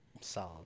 Solid